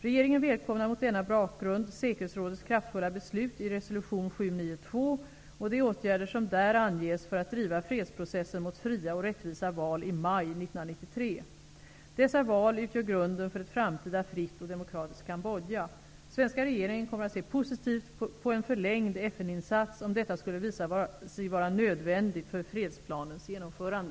Regeringen välkomnar mot denna bakgrund säkerhetsrådets kraftfulla beslut i resolution 792 och de åtgärder som där anges för att driva fredsprocessen mot fria och rättvisa val i maj 1993. Dessa val utgör grunden för ett framtida fritt och demokratiskt Kambodja. Svenska regeringen kommer att se positivt på en förlängd FN-insats om detta skulle visa sig vara nödvändigt för fredsplanens genomförande.